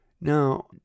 Now